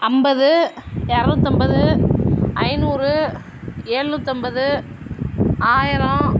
ஐம்பது இரநூத்தம்பது ஐநூறு எழுநூற்றம்பது ஆயிரம்